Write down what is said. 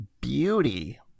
Beauty